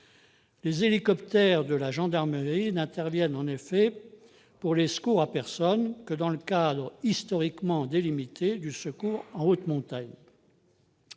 Les hélicoptères de la gendarmerie n'interviennent en effet pour les secours à personne que dans le cadre historiquement délimité du secours en haute montagne.